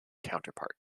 counterpart